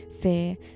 fear